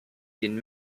den